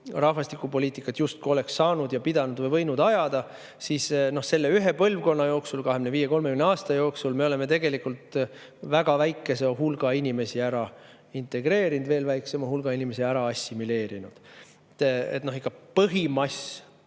rahvastikupoliitikat justkui oleks saanud, pidanud ja võinud ajada, siis selle 25–30 aasta jooksul me oleme tegelikult väga väikese hulga inimesi ära integreerinud, veel väiksema hulga inimesi ära assimileerinud. Põhimass